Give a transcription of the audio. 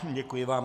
Děkuji vám.